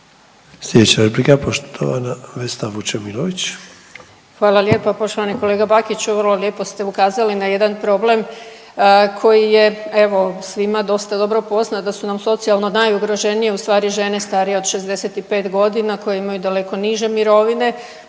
Vesna (Hrvatski suverenisti)** Hvala lijepa. Poštovani kolega Bakiću, vrlo lijepo ste ukazali na jedan problem koji je evo svima dosta dobro poznat, da su nam socijalno najugroženije ustvari žene starije od 65.g. koje imaju daleko niže mirovine,